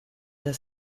das